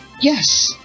Yes